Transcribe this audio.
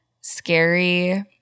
scary